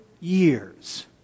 years